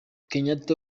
kenyatta